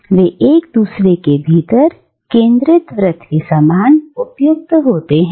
दे दे वे एक दूसरे के भीतर केंद्रित वृत्त के समान उपयुक्त होते हैं